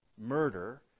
murder